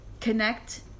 connect